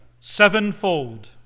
sevenfold